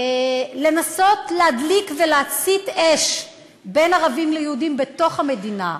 לנסות להדליק ולהצית אש בין ערבים ליהודים בתוך המדינה,